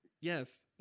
Yes